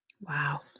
Wow